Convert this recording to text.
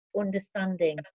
understanding